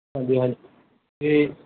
ਹਾਂਜੀ ਹਾਂ ਜੀ ਅਤੇ